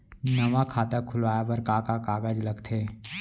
नवा खाता खुलवाए बर का का कागज लगथे?